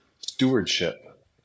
stewardship